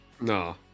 No